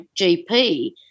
GP